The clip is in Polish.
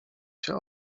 się